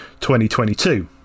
2022